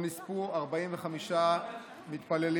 שבו נספו 45 מתפללים.